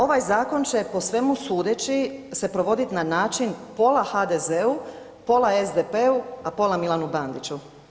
Ovaj zakon će po svemu sudeći se provoditi na način pola HDZ-u, pola SDP-u, a pola Milanu Bandiću.